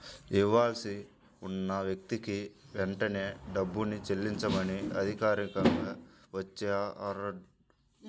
ఇవ్వాల్సి ఉన్న వ్యక్తికి వెంటనే డబ్బుని చెల్లించమని అధికారికంగా వచ్చే ఆర్డర్ ని వారెంట్ ఆఫ్ పేమెంట్ అంటారు